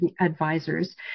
advisors